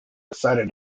decided